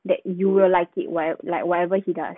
that you will like it whate~ like whatever he does